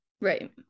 right